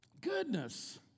Goodness